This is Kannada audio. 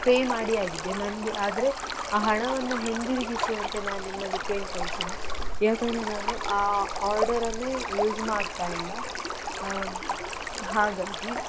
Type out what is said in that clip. ಪೇ ಮಾಡಿ ಆಗಿದೆ ನನಗೆ ಆದರೆ ಆ ಹಣವನ್ನು ಹಿಂದಿರುಗಿಸುವಂತೆ ನಾನು ನಿಮ್ಮಲ್ಲಿ ಕೇಳ್ಕೊಳ್ತೇನೆ ಯಾಕೆಂದ್ರೆ ನಾನು ಆ ಆರ್ಡರನ್ನೇ ಯೂಸ್ ಮಾಡ್ತಾಯಿಲ್ಲ ಹಾಗಾಗಿ